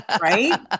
right